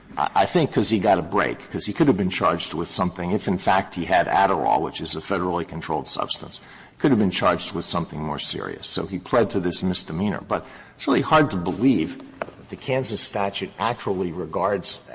i think, because he got a break, because he could have been charged with something if, in fact, he had adderall, which is a federally controlled substance he could have been charged with something more serious. so he pled to this misdemeanor. but it's really hard to believe that the kansas statute actually regards